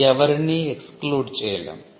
ఎవరిని 'exclude' చేయలేము